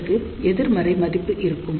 இதற்கு எதிர்மறை மதிப்பு இருக்கும்